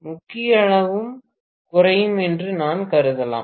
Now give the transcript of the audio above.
முக்கிய அளவும் குறையும் என்று நான் கருதலாம்